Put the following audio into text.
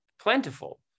plentiful